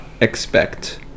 expect